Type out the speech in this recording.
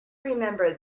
remember